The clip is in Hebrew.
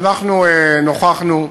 כשאנחנו נוכחנו,